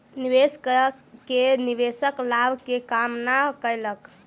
निवेश कय के निवेशक लाभ के कामना कयलक